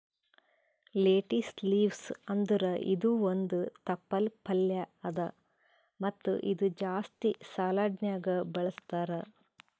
lettuce leaves ಅಂದುರ್ ಇದು ಒಂದ್ ತಪ್ಪಲ್ ಪಲ್ಯಾ ಅದಾ ಮತ್ತ ಇದು ಜಾಸ್ತಿ ಸಲಾಡ್ನ್ಯಾಗ ಬಳಸ್ತಾರ್